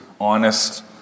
honest